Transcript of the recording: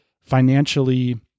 financially